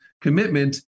commitment